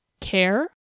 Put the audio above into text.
care